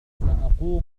سأقوم